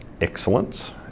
excellence